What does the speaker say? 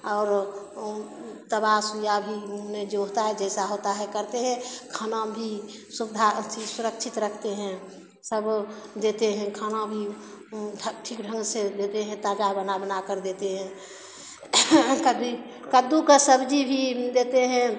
और दवा सुइया भी उन्हें जो होता है जैसे होता है करते है खाना भी सुविधा अथि सुरक्षित रखते हैं सब देते हैं खाना भी ठीक ढंग से देते हैं ताज़ा बना बनाकर देते हैं कभी कद्दू का सब्ज़ी भी देते हैं